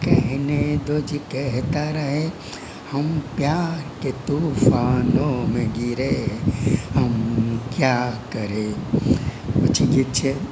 પછી ગીત છે